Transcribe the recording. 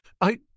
I